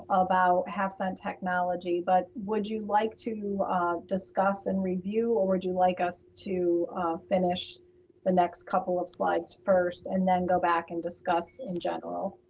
about half-cent technology, but would you like to discuss and review, or would you like us to finish the next couple of slides first and then go back and discuss in general?